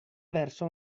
verso